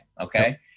okay